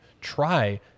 try